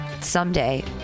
someday